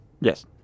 Yes